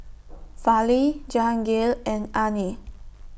Fali Jahangir and Anil